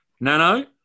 Nano